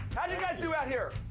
how'd you guys do out here?